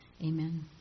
Amen